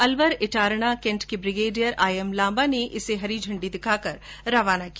Alwar Itarana cantt के brigadier I M Lamba ने इसे हरी झंडी दिखाकर रवाना किया